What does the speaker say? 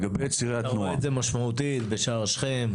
אתה רואה את זה משמעותית בשער שכם.